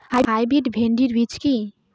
Hybrid ভীন্ডি বীজ কি?